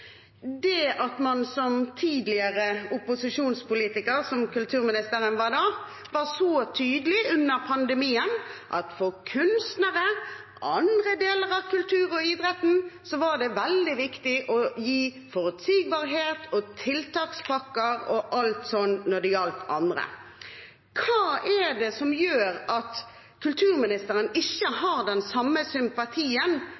at man som tidligere opposisjonspolitiker, som kulturministeren var da, var så tydelig under pandemien på at for kunstnere og andre deler av kulturen og idretten var det veldig viktig å gi forutsigbarhet og tiltakspakker og alt sånt, altså når det gjaldt andre. Hva er det som gjør at kulturministeren ikke